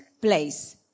place